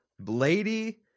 lady